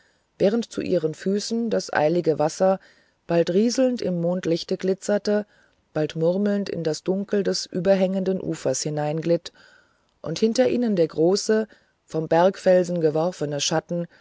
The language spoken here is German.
während zu ihren füßen das eilende wasser bald rieselnd im mondlichte glitzerte bald murmelnd in das dunkel des überhängenden ufers hineinglitt und hinter ihnen der große vom bergfelsen geworfene schatten